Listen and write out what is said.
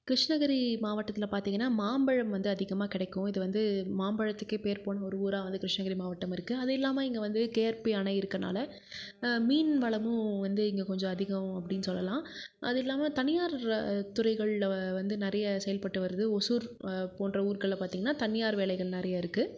கிருஷ்ணகிரி மாவட்டத்தில் பார்த்திங்கனா மாம்பழம் வந்து அதிகமாக கிடைக்கும் இது வந்து மாம்பழத்துக்கே பேர் போன ஒரு ஊராக வந்து கிருஷ்ணகிரி மாவட்டம் இருக்கு அது இல்லாமல் இங்கே வந்து கேஆர்பி ஆணை இருக்கனால மீன் வளமும் வந்து இங்கே கொஞ்சம் அதிகம் அப்படின் சொல்லலாம் அது இல்லாமல் தனியார் துறைகளில் வ வந்து நிறைய செயல்பட்டு வருது ஒசூர் போன்ற ஊருக்களில் பார்த்திங்னா தனியார் வேலைகள் நிறையா இருக்கு